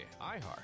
iHeart